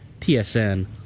TSN